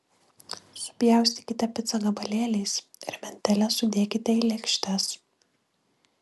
supjaustykite picą gabalėliais ir mentele sudėkite į lėkštes